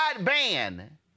ban